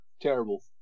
Terrible